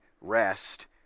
rest